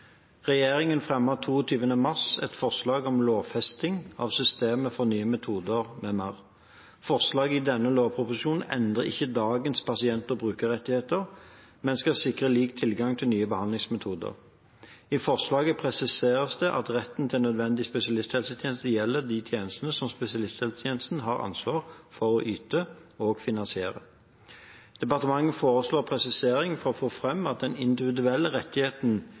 Regjeringen fremmet 22. mars 2019 et forslag om lovfesting av systemet for nye metoder m.m. Forslagene i denne lovproposisjonen endrer ikke dagens pasient- og brukerrettigheter, men skal sikre lik tilgang til nye behandlingsmetoder. I forslaget presiseres det at retten til nødvendig spesialisthelsetjeneste gjelder de tjenester som spesialisthelsetjenesten har ansvaret for å yte og finansiere. Departementet foreslår presiseringen for å få fram at den individuelle rettigheten